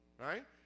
right